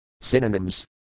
Synonyms